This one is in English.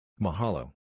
Mahalo